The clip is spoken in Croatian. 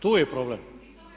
Tu je problem.